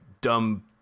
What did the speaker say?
dumb